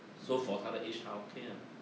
so for 她的 age 她 okay ah